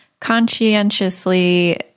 conscientiously